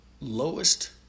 lowest